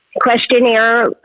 questionnaire